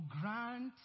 grant